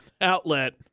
outlet